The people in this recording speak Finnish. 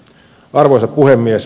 arvoisa puhemies